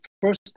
first